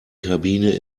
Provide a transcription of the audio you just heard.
kabine